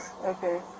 Okay